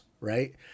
right